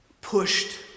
pushed